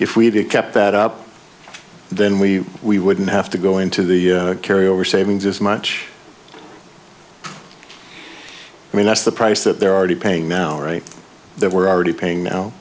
did kept that up then we we wouldn't have to go into the carry over savings as much i mean that's the price that they're already paying now right there we're already paying now